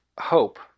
hope